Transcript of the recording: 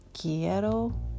quiero